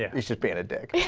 yeah he should be and a day